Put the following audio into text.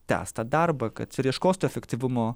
tęs tą darbą kad ir ieškos to efektyvumo